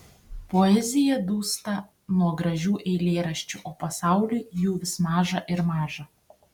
poezija dūsta nuo gražių eilėraščių o pasauliui jų vis maža ir maža